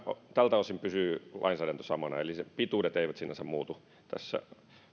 tältä osin pysyy lainsäädäntö samana eli pituudet eivät sinänsä muutu tässä